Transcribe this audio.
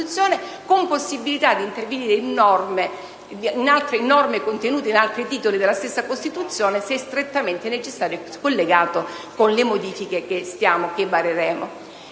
con possibilità di intervenire su norme contenute in altri Titoli della Costituzione stessa, se strettamente necessario e collegato con le modifiche che vareremo.